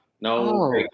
No